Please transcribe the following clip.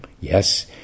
Yes